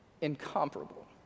incomparable